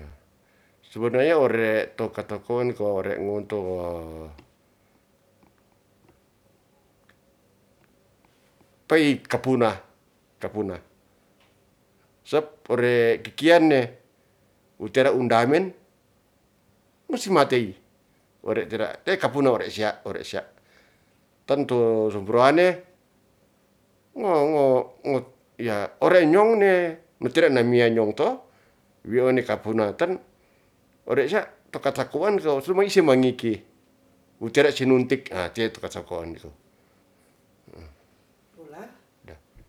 Sebenarnya ore to katakon ko ore nguntu, pei kapuna, kapuna sep ore kikiane utiara undamen masi matey, ore tera te kapuna ore sia, ore sia. Tonto sempruane ngo ngo, ngo ya' ore nyongne metire namiya' nyong to, wi one kapuna tan ore sia to katakuan suma ise mangiki wu tere sinuntik teto katakoan itu